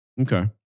Okay